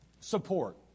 support